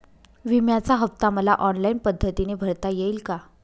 विम्याचा हफ्ता मला ऑनलाईन पद्धतीने भरता येईल का?